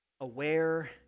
aware